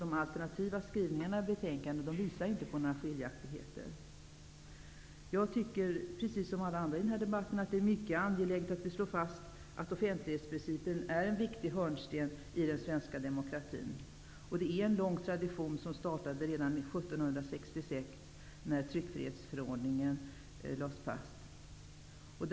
De alternativa skrivningarna i betänkandet visar inte på några skiljaktigheter. Jag tycker -- precis som alla andra i debatten -- att det är mycket angeläget att slå fast att offentlighetsprincipen är en viktig hörnsten i den svenska demokratin. Traditionen är lång. Tryckfrihetsförordningen infördes 1766.